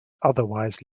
otherwise